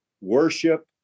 worship